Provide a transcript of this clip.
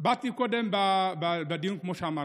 באתי קודם בדיון, כמו שאמרתי,